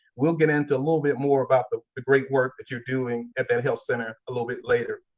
we'll get into a little bit more about the the great work that you're doing at that health center a little bit later.